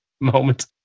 moment